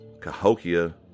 Cahokia